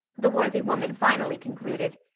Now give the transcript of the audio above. the worthy woman finally concluded.